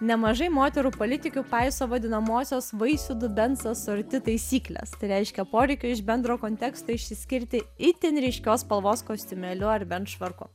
nemažai moterų politikių paiso vadinamosios vaisių dubens asorti taisyklės tai reiškia poreikio iš bendro konteksto išsiskirti itin ryškios spalvos kostiumėliu ar bent švarku